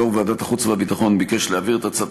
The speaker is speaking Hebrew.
יו"ר ועדת החוץ והביטחון ביקש להעביר את הצעת